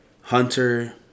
Hunter